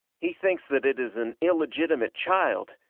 he thinks that it is an illegitimate child,